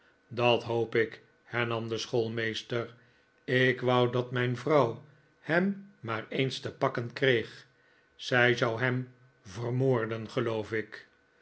dat hoop ik hernam de schoolmeester ik wou dat mijn vrouw hem maar eens te pakken kreeg zij zou hem vermoorden geloof ik